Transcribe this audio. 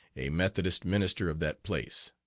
a methodist minister of that place.